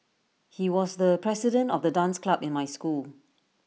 he was the president of the dance club in my school